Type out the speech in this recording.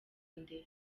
nde